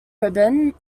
ribbon